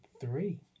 three